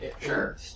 Sure